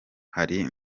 hari